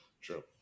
True